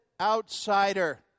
outsider